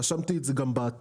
רשמתי את זה גם באתר.